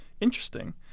Interesting